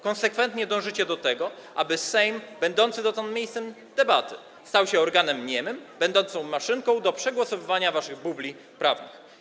Konsekwentnie dążycie do tego, aby Sejm będący dotąd miejscem debaty stał się organem niemym będącym maszynką do przegłosowywania waszych bubli prawnych.